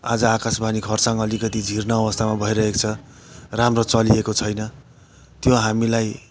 आज आकाशवाणी खरासाङ अलिकति जिर्ण अवस्थामा भइरहेको छ राम्रो चलेको छैन त्यो हामीलाई